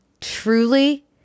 truly